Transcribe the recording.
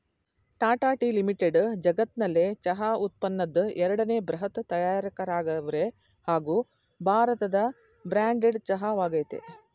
Tata Tea Limited ಜಗತ್ನಲ್ಲೆ ಚಹಾ ಉತ್ಪನ್ನದ್ ಎರಡನೇ ಬೃಹತ್ ತಯಾರಕರಾಗವ್ರೆ ಹಾಗೂ ಭಾರತದ ಬ್ರ್ಯಾಂಡೆಡ್ ಚಹಾ ವಾಗಯ್ತೆ